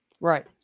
Right